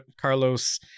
carlos